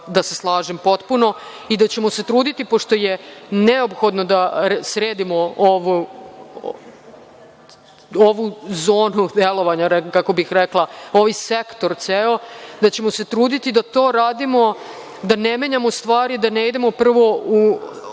da se slažem potpuno i da ćemo se truditi pošto je neophodno da sredimo ovu zonu delovanja, ne znam kako bih rekla, ovaj sektor ceo, da ćemo se truditi da to radimo, da ne menjamo stvari, da ne idemo u